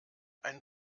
ein